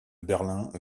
berlin